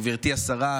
גברתי השרה,